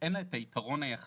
שאין לה את היתרון היחסי,